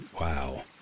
wow